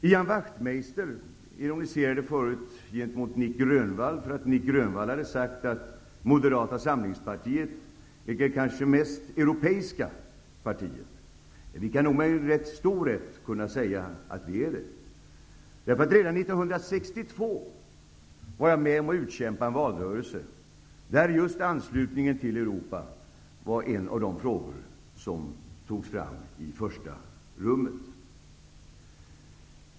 Ian Wachtmeister ironiserade förut över att Nic Grönvall hade sagt att Moderata samlingspartiet kanske är det mest europeiska partiet. Vi kan nog med ganska stor rätt säga att vi är det. Redan 1962 var jag med om att utkämpa en valrörelse där just anslutningen till Europa var en av de frågor som togs fram i första rummet.